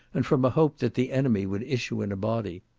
and from a hope that the enemy would issue in a body,